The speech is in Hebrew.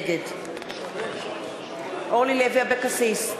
נגד אורלי לוי אבקסיס,